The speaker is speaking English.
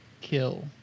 kill